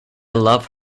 love